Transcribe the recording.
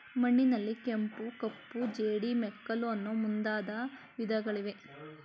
ಮಣ್ಣಿನಲ್ಲಿ ಕೆಂಪು, ಕಪ್ಪು, ಜೇಡಿ, ಮೆಕ್ಕಲು ಅನ್ನೂ ಮುಂದಾದ ವಿಧಗಳಿವೆ